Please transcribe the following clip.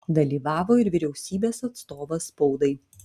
dalyvavo ir vyriausybės atstovas spaudai